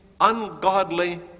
ungodly